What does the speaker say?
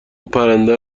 پرنده